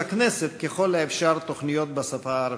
הכנסת ככל האפשר תוכניות בשפה הערבית,